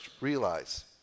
realize